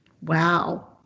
Wow